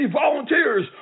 Volunteers